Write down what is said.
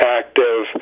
active